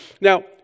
Now